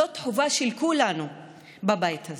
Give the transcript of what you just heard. זאת חובה של כולנו בבית הזה.